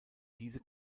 diese